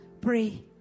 Pray